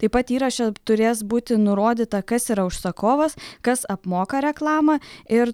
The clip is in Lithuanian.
taip pat įraše turės būti nurodyta kas yra užsakovas kas apmoka reklamą ir